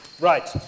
right